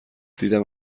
دیدم